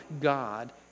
God